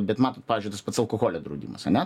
bet matot pavyzdžiui tas pats alkoholio draudimas ane